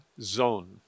zone